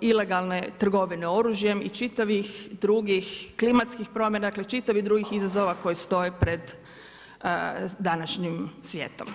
ilegalne trgovine oružjem, klimatskih promjena čitavih drugih izazova koji stoje pred današnjim svijetom.